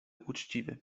uczciwy